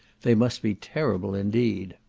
they must be terrible indeed.